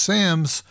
Sams